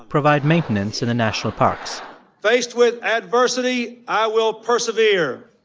provide maintenance in the national parks faced with adversity, i will persevere